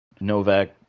Novak